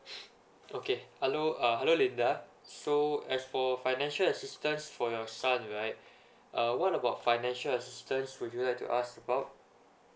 okay hello uh hello linda so as for financial assistance for your son right uh what about financial assistance would you like to ask about